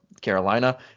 Carolina